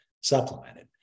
supplemented